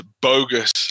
bogus